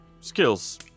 skills